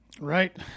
Right